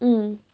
mm